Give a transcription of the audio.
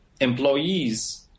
employees